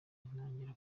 ntangira